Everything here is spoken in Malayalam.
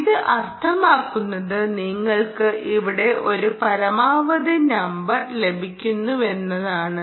ഇത് അർത്ഥമാക്കുന്നത് നിങ്ങൾക്ക് ഇവിടെ ഒരു പരമാവധി നമ്പർ ലഭിക്കുന്നുവെന്നാണ്